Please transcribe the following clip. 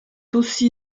aussi